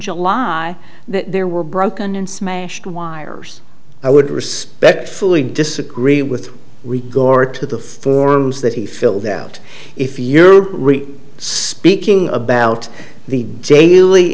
july that there were broken and smashed wires i would respectfully disagree with regard to the forms that he filled out if you're really speaking about the daily